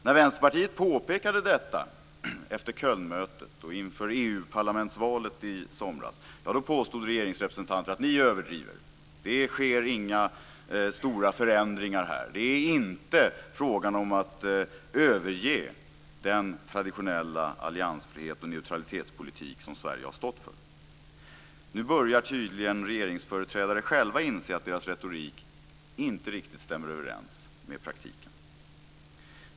När Vänsterpartiet påpekade detta efter Kölnmötet och inför EU-parlamentsvalet i somras påstod regeringsrepresentanter att vi överdrev. Det sker inga stora förändringar här. Det är inte frågan om att överge den traditionella alliansfrihet och neutralitetspolitik som Sverige har stått för. Nu börjar tydligen regeringsföreträdare själva inse att deras retorik inte riktigt stämmer överens med praktiken.